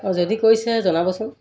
অঁ যদি কৰিছে জনাবচোন